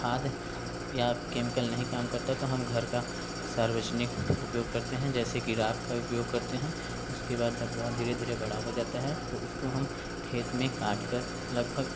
खाद या केमिकल नहीं काम करता तो हम घर का सार्वजनिक उपयोग करते हैं जैसे कि राख का भी उपयोग करते हैं उसके बाद जब वह धीरे धीरे बड़ा हो जाता तो उसको हम खेत में काट कर लगभग